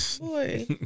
Boy